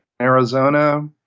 Arizona